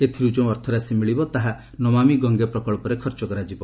ଏଥିରୁ ଯେଉଁ ଅର୍ଥରାଶି ମିଳିବ ତାହା ନମାମି ଗଙ୍ଗେ ପ୍ରକଳ୍ପରେ ଖର୍ଚ୍ଚ କରାଯିବ